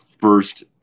first